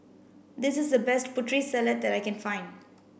this's the best Putri Salad that I can find